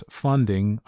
funding